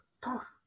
tough